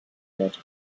wird